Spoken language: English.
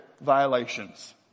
violations